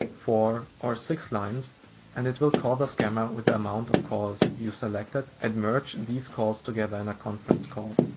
four or six lines and it will call the scammer with the amount of calls you selected and merge these calls together in a conference call.